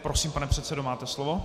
Prosím, pane předsedo, máte slovo.